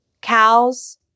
Cows